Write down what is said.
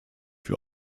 für